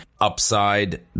upside